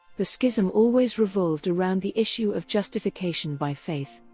the schism always revolved around the issue of justification by faith.